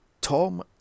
Tom